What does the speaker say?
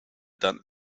dann